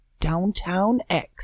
DowntownX